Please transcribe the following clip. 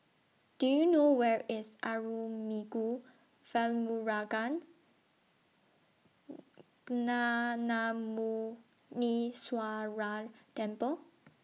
Do YOU know Where IS Arulmigu Velmurugan Temple